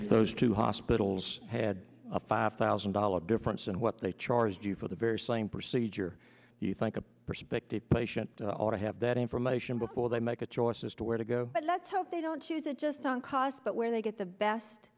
if those two hospitals had a five thousand dollars difference and what they charged you for the very same procedure do you think a prospective patient ought to have that information before they make a choice as to where to go but let's hope they don't use it just on cost but where they get the best